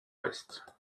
ouest